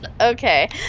okay